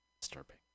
disturbing